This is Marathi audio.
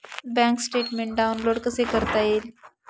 बँक स्टेटमेन्ट डाउनलोड कसे करता येईल?